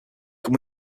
can